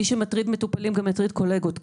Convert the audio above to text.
מי שמטריד מטופלים גם יטריד קולגות,